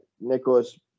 Nicholas